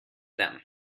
them